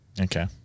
Okay